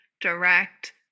direct